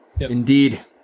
Indeed